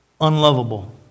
unlovable